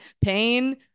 Pain